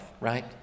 right